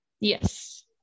Yes